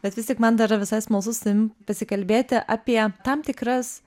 bet vis tik man dar visai smalsu su tavim pasikalbėti apie tam tikras